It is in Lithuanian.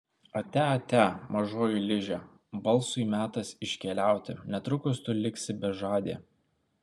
atia atia mažoji liže balsui metas iškeliauti netrukus tu liksi bežadė